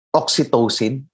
oxytocin